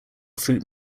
fruit